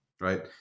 right